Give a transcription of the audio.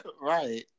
Right